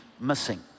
missing